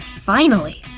finally!